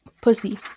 Pussy